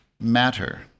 Matter